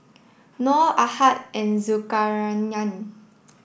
nor Ahad and Zulkarnain